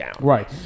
Right